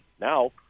now